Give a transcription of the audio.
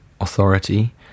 authority